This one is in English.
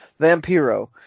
Vampiro